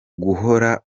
guhora